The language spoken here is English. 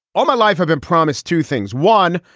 ah my life, i've been promised two things. one.